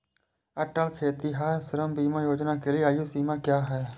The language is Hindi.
अटल खेतिहर श्रम बीमा योजना के लिए आयु सीमा क्या है?